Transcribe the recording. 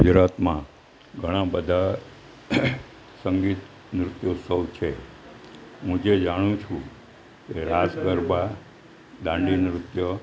ગુજરાતમાં ઘણાં બધાં સંગીત નૃત્યોત્સવ છે હું જે જાણું છું તે રાસ ગરબા દાંડી નૃત્યો